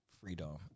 freedom